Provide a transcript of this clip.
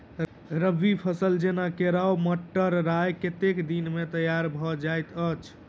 रबी फसल जेना केराव, मटर, राय कतेक दिन मे तैयार भँ जाइत अछि?